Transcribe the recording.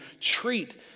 treat